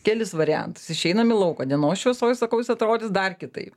kelis variantus išeinam į lauką dienos šviesoj sakau jis atrodys dar kitaip